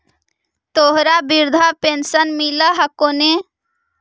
तोहरा वृद्धा पेंशन मिलहको ने?